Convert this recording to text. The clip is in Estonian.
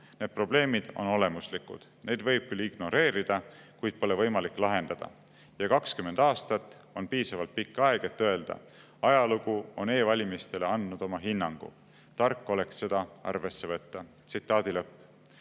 Need probleemid on olemuslikud: neid võib küll ignoreerida, kuid pole võimalik lahendada. Ja 20 aastat on piisavalt pikk aeg, et öelda: "Ajalugu on e-valimistele andnud oma hinnangu." Tark oleks seda arvesse võtta." No